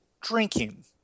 drinking